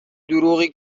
دروغی